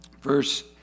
Verse